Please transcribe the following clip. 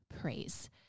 praise